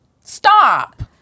Stop